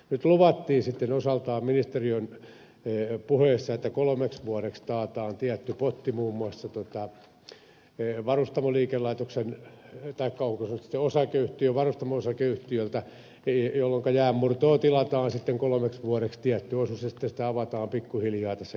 nyt luvattiin sitten osaltaan ministeriön puheissa että kolmeksi vuodeksi taataan tietty potti muun muassa varustamoliikelaitokselle taikka onko se nyt sitten osakeyhtiö varustamo osakeyhtiö jolloinka jäänmurtoa tilataan sitten kolmeksi vuodeksi tietty osuus ja sitten sitä avataan pikkuhiljaa tässä kilpailulle